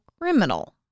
criminal